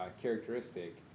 characteristic